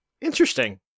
interesting